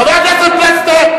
חבר הכנסת פלסנר,